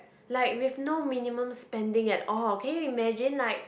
like with no minimum spending at all can you imagine like